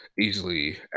Easily